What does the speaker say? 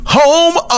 home